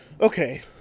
Okay